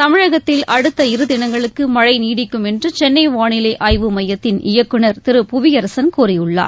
தமிழகத்தில் அடுத்த இருதினங்களுக்கு மழை நீடிக்கும் என்று சென்னை வாளிலை ஆய்வு மையத்தின் இயக்குநர் திரு புவியரசன் கூறியுள்ளார்